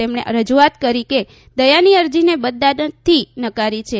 તેણે રજૂઆત કરીકે દયાની અરજીને બદદાનતથી નકારી છે